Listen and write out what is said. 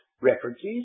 references